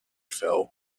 fell